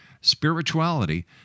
spirituality